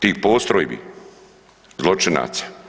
Tih postrojbi, zločinaca.